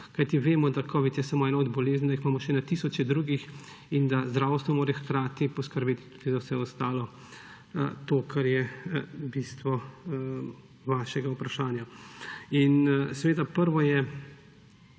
Kajti vemo, da je covid samo ena od bolezni, da jih imamo še na tisoče drugih in da zdravstvo mora hkrati poskrbeti tudi za vse ostalo, to, kar je bistvo vašega vprašanja. Prvo je